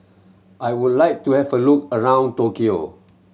I would like to have a look around Tokyo